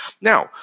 Now